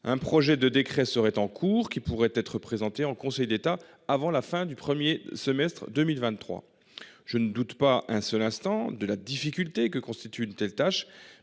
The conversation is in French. un projet de décret seraient en cours qui pourrait être présenté en Conseil d'État avant la fin du 1er semestre 2023. Je ne doute pas un seul instant de la difficulté que constitue une telle tâche